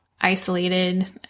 isolated